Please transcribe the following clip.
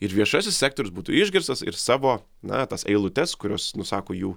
ir viešasis sektorius būtų išgirstas ir savo na tas eilutes kurios nusako jų